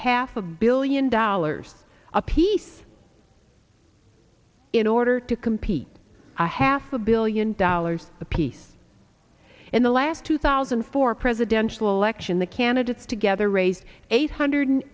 half a billion dollars apiece in order to compete a half a billion dollars apiece in the last two thousand and four presidential election the candidates together raised eight hundred